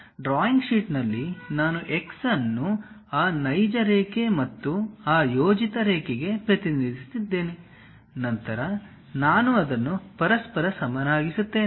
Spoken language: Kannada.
ಆದ್ದರಿಂದ ಡ್ರಾಯಿಂಗ್ ಶೀಟ್ನಲ್ಲಿ ನಾನು x ಅನ್ನು ಆ ನೈಜ ರೇಖೆ ಮತ್ತು ಈ ಯೋಜಿತ ರೇಖೆಗೆ ಪ್ರತಿನಿಧಿಸುತ್ತಿದ್ದೇನೆ ನಂತರ ನಾನು ಅದನ್ನು ಪರಸ್ಪರ ಸಮನಾಗಿಸುತ್ತೇನೆ